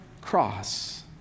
cross